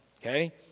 Okay